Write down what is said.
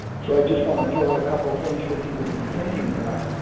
so, i just wanna throw out a couple of things for people to be thinking about.